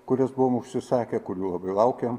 kurias buvom užsisakę kurių labai laukiam